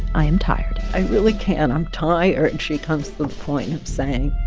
i am tired i really can't. i'm tired, and she comes to the point of saying